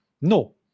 No